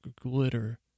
glitter